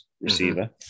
receiver